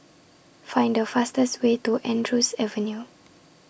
Find The fastest Way to Andrews Avenue